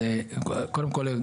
קודם כל,